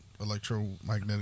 electromagnetic